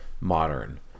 Modern